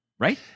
Right